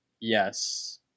Yes